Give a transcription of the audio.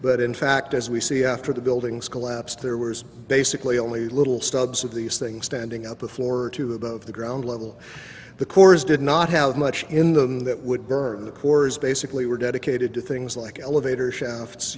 but in fact as we see after the buildings collapsed there was basically only little stubs of these things standing up the floor to above the ground level the cores did not have much in them that would burn the cores basically were dedicated to things like elevator